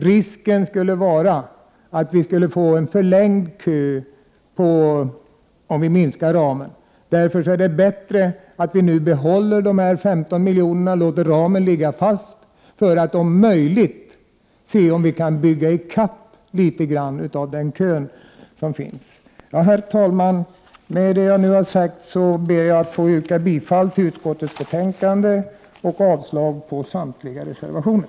Risken är att kön förlängs om ramen minskar, och därför är det bättre att ramen ligger fast och att de 15 miljonerna behålls. Vi får se om det är möjligt att bygga i kapp litet av kön. Herr talman! Med det jag nu har sagt ber jag att få yrka bifall till utskottets hemställan och avslag på samtliga reservationer.